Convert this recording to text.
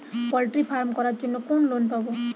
Poultry farm করার জন্য কোন লোন পাব?